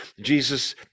Jesus